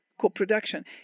co-production